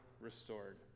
restored